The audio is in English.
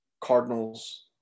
Cardinals